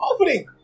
Offering